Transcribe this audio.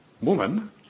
woman